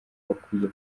bakwiye